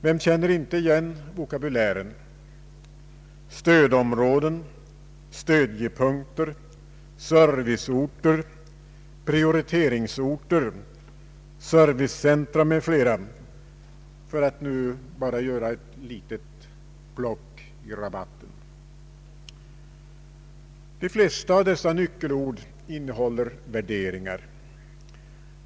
Vem känner inte igen vokabulären, stödområden, stödjepunkter, serviceorter, prioriteringsorter, servicecentra m.fl. — för att nu bara göra ett litet plock i rabatten. De flesta av dessa nyckelord innehåller värderingar.